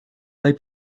they